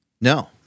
No